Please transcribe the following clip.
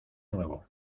nuevo